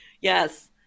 Yes